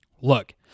Look